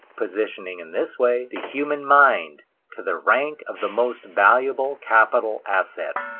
positioning in this way, the human mind to the rank of the most valuable capital asset.